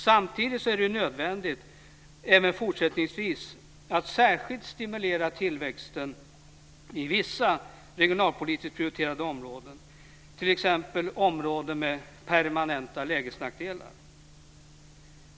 Samtidigt är det även fortsättningsvis nödvändigt att särskilt stimulera tillväxten i vissa regionalpolitiskt prioriterade områden, t.ex. områden med permanenta lägesnackdelar.